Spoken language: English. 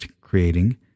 creating